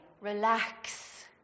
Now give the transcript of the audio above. relax